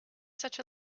such